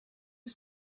who